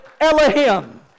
Elohim